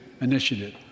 initiative